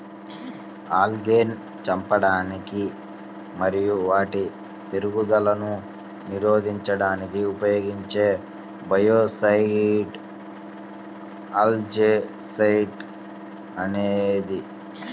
ఆల్గేను చంపడానికి మరియు వాటి పెరుగుదలను నిరోధించడానికి ఉపయోగించే బయోసైడ్ ఆల్జీసైడ్ అనేది